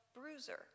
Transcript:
bruiser